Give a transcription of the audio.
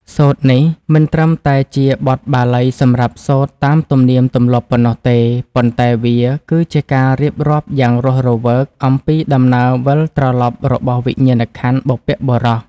សូត្រនេះមិនត្រឹមតែជាបទបាលីសម្រាប់សូត្រតាមទំនៀមទម្លាប់ប៉ុណ្ណោះទេ ប៉ុន្តែវាគឺជាការរៀបរាប់យ៉ាងរស់រវើកអំពីដំណើរវិលត្រឡប់របស់វិញ្ញាណក្ខន្ធបុព្វបុរស។